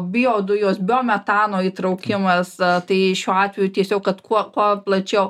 biodujos biometano įtraukimas tai šiuo atveju tiesiog kad kuo kuo plačiau